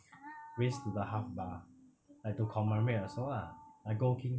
count on me singapore